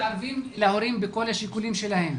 הם מתערבים להורים בכל השיקולים שלהם,